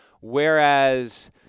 Whereas